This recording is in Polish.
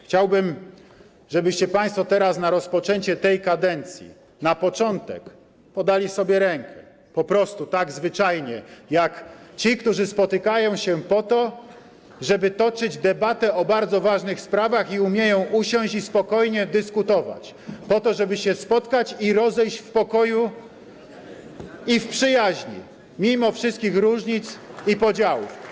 Chciałbym, żebyście Państwo teraz, na rozpoczęcie tej kadencji, na początek podali sobie rękę, po prostu, tak zwyczajnie, jak ci, którzy spotykają się po to, żeby toczyć debatę o bardzo ważnych sprawach i umieją usiąść i spokojnie dyskutować, po to, żeby się spotkać i rozejść w pokoju i przyjaźni - mimo wszystkich różnic i podziałów.